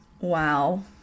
Wow